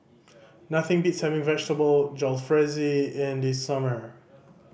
nothing beats having Vegetable Jalfrezi in the summer